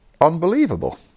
unbelievable